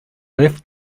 left